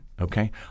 Okay